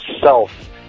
self